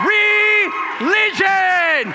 religion